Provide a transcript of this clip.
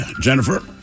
Jennifer